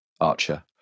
archer